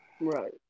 right